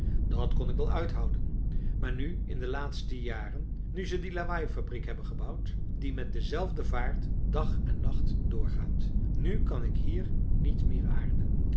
dat kon ik wel uithouden maar nu in de laatste jaren nu ze die lawaaifabriek hebben gebouwd die met dezelfde vaart dag en nacht doorgaat nu kan ik hier niet meer aarden